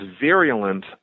virulent